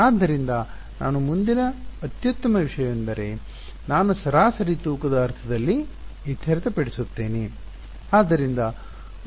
ಆದ್ದರಿಂದ ನಾನು ಮುಂದಿನ ಅತ್ಯುತ್ತಮ ವಿಷಯವೆಂದರೆ ನಾನು ಸರಾಸರಿ ತೂಕದ ಅರ್ಥದಲ್ಲಿ ಇತ್ಯರ್ಥಪಡಿಸುತ್ತೇನೆ